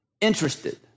interested